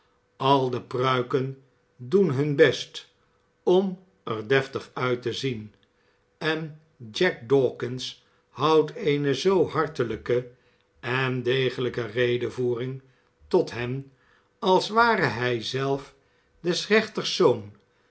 al de pruiken doen hun best om er deftig uit te zien en jack dawkins houdt eene zoo hartelijke en degelijke redevoering tot hen als ware hij zelf des